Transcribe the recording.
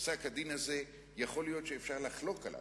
פסק-הדין הזה, יכול להיות שאפשר לחלוק עליו,